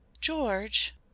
George